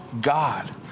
God